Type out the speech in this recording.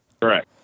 Correct